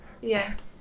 yes